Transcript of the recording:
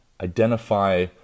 identify